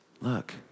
look